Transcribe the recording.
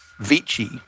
Vici